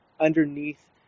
underneath